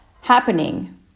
happening